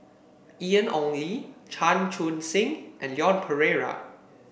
Ian Ong Li Chan Chun Sing and Leon Perera